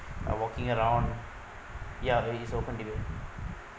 are walking around ya is open debate